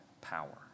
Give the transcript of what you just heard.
power